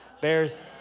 Bears